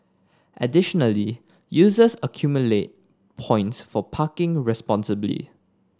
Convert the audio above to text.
additionally users accumulate points for parking responsibly